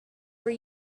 were